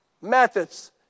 methods